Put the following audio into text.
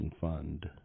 fund